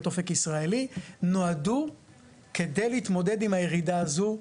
"אופק ישראלי" נועדו כדי להתמודד עם הירידה הזו,